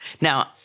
Now